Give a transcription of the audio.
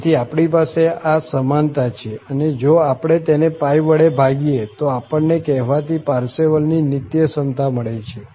તેથી આપણી પાસે આ સમાનતા છે અને જો આપણે તેને π વડે ભાગીએ તો આપણને કહેવાતી પારસેવલની નિત્યસમતા મળે છે